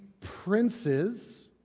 princes